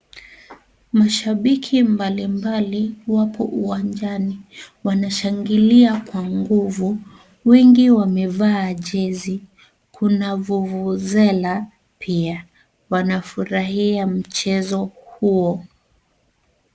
Mashabiki mbalimbali wapo uwanjani. Wanashangilia kwa nguvu, wengi wamevaa jezi. Kuna vuvuzela pia. Wengi wanafurahia mchezo huo.